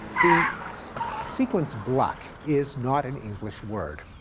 the sequence, bluk, is not an english word,